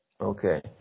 Okay